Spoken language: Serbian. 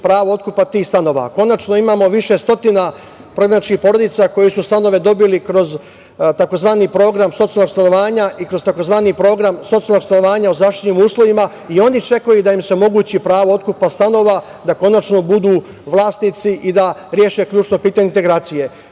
pravo otkupa tih stanova. Konačno, imamo više stotina prognaničkih porodica koji su stanove dobili kroz tzv. program socijalnog stanovanja i kroz tzv. program socijalnog stanovanja u zaštićenim uslovima. I oni očekuju da im se omogući pravo otkupa stanova, da konačno budu vlasnici i da reše ključno pitanje integracije. Četvrto,